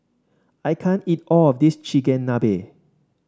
I can't eat all of this Chigenabe